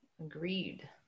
Agreed